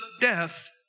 death